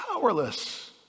Powerless